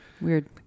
Weird